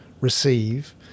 receive